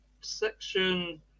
Section